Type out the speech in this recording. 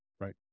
Right